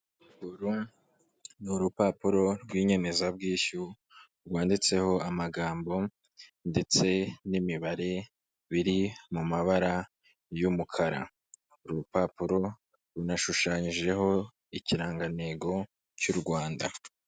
Uru ni urupapuro rw'inyemezabwishyu rwanditseho amagambo ndetse n'imibare biri mu mabara y'umukara. Uru rupapuro runashushanyijeho ikirangantego cy'u Rwanda.